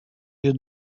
you